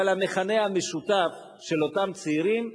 אבל המכנה המשותף של אותם צעירים הוא